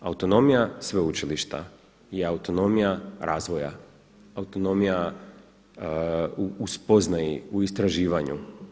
Autonomija sveučilišta je autonomija razvoja, autonomija u spoznaji, u istraživanju.